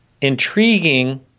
intriguing